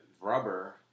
Rubber